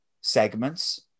segments